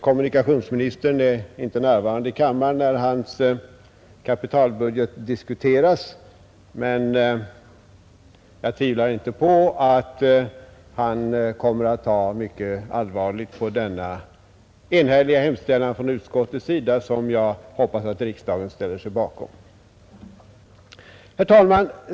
Kommunikationsministern är inte närvarande i kammaren, när hans kapitalbudget diskuteras, men jag tvivlar inte på att han kommer att ta mycket allvarligt på denna enhälliga hemställan från utskottets sida, som jag hoppas att riksdagen ställer sig bakom. Herr talman!